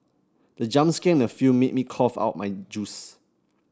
the jump scare in the film made me cough out my juice